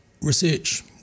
research